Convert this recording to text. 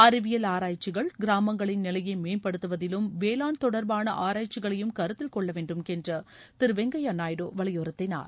அறிவியல் ஆராய்ச்சிகள் கிராமங்களின் நிலையை மேம்படுத்துவதிலும் வேளாண் தொடர்பான ஆராய்ச்சிகளையும் கருத்தில் கொள்ள வேண்டும் என்று திரு வெங்கய்யா நாயுடு வலியுறுத்தினார்